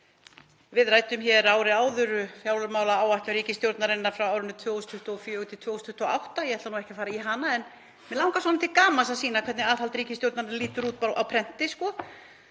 Við ræddum hér fyrir ári fjármálaáætlun ríkisstjórnarinnar fyrir árin 2024–2028. Ég ætla ekki að fara í hana en mig langar svona til gamans að sýna hvernig aðhald ríkisstjórnarinnar lítur út á prenti.